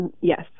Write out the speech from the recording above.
yes